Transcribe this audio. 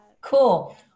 Cool